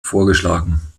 vorgeschlagen